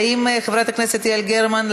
חברת הכנסת יעל גרמן,